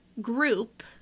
group